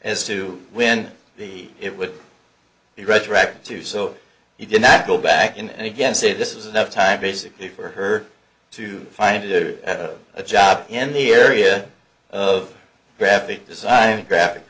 as to when the it would be retroactive to so he did not go back in and again say this is enough time basically for her to find to do a job in the area of graphic design graphic